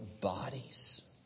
bodies